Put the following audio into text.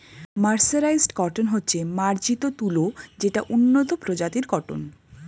mercerised cotton হচ্ছে মার্জিত তুলো যেটা উন্নত প্রজাতির কটন